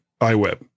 iWeb